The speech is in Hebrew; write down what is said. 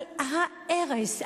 אבל ההרס,